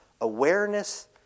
Awareness